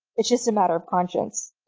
it's just a matter of conscience.